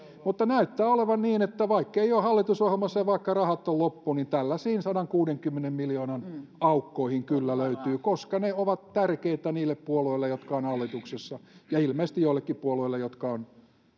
mutta näyttää olevan niin että vaikkei ole hallitusohjelmassa ja vaikka rahat on loppu niin tällaisiin sadankuudenkymmenen miljoonan aukkoihin kyllä löytyy koska ne ovat tärkeitä niille puolueille jotka ovat hallituksessa ja ilmeisesti joillekin puolelle jotka ovat